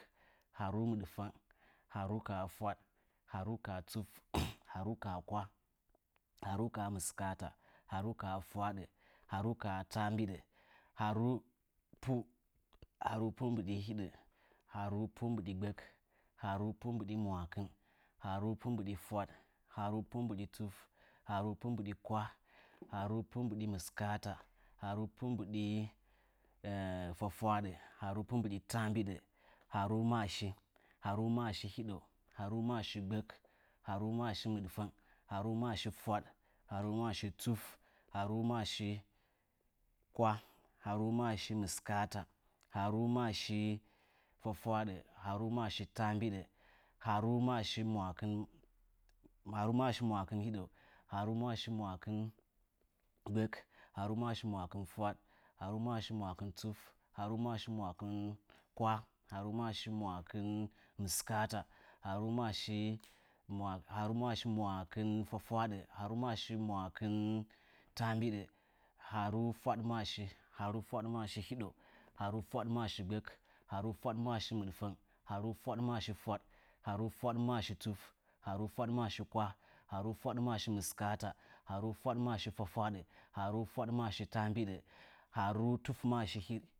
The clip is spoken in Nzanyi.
Ghaaru kaa minɗfəna ghaaru kaa fwaɗ ghaaru kaa tut ghaaru kaa kwah ghaaru kaa mɨskaata ghaaru kaa fwafwaaɗə ghaaru kaa taambiɗə ghaaru pu ghaaru pu mbɨɗi ghaaru pu mbɨɗi hiɗou ghaaru pu mbɨɗi gbək ghaaru pu mbɨɗi mwakɨn ghaaru pu mbɨɗi fwaɗ ghaaru pu mbɨɗi tuf ghaaru pu mbɨɗi kwah ghaaru pu mbɨɗi mɨskaata ghaaru pu mbɨɗi fwafwaaɗə ghaaru pu mbɨɗi taambiɗə ghaaru maashi ghaaru maashi hiɗou ghaaru maashi gbək ghaaru maashi mɨɗfəng ghaaru maashi fwaɗ ghaaru maashi tuf ghaaru maashi kwah ghaaru maashi mɨskaata ghaaru maashi fwafwaaɗə ghaaru maashi taambiɗə ghaaru maashi mwaakɨn ghaaru maashi mwaakɨn hiɗou ghaaru maashi mwaakɨn gbək ghaaru maashi mwaakɨn mɨɗfəng ghaaru maashi mwaakɨn fwaɗ ghaaru maashi mwaakɨn tuf ghaaru maashi mwaakɨn kwah ghaaru maashi mwaakɨn mɨskaata ghaaru maashi mwaakɨn fwafwaaɗə ghaaru maashi mwaakɨn taambiɗə ghaaru fwaɗmaashi ghaaru fwaɗmaashi hiɗou ghaaru fwaɗmaashi gbək ghaaru fwaɗmaashi mɨɗfəng ghaaru fwaɗmaashi fwaɗ ghaaru fwaɗmaashi tuf ghaaru fwaɗmaashi kwah ghaaru fwaɗmaashi mɨskaata ghaaru fwaɗmaashi fwatfwaaɗə ghaaru fwaɗmaashi taambiɗə ghaaru tufmaashi